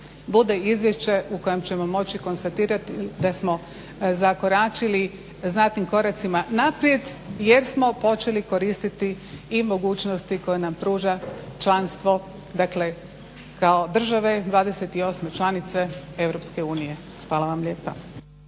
bude izvješće u kojem ćemo moći konstatirati da smo zakoračili znatnim koracima naprijed jer smo počeli koristiti i mogućnosti koje nam pruža članstvo dakle kao države, 28. članice Europske unije. Hvala vam lijepa.